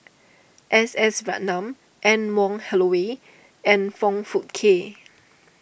S S Ratnam Anne Wong Holloway and Foong Fook Kay